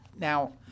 Now